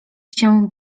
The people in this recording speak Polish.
się